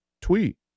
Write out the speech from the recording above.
tweet